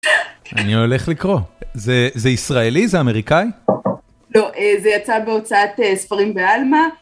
אני הולך לקרוא. זה ישראלי, זה אמריקאי? לא, זה יצא בהוצאת ספרים באלמה.